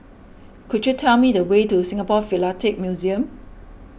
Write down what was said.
could you tell me the way to Singapore Philatelic Museum